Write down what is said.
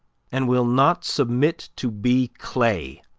and will not submit to be clay,